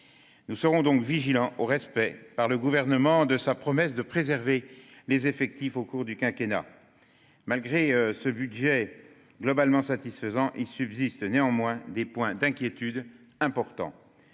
Nous serons donc vigilants quant au respect, par le Gouvernement, de sa promesse de préserver les effectifs au cours du quinquennat. Malgré ce budget globalement satisfaisant, il subsiste des points d'inquiétude importants